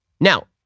Now